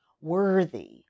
worthy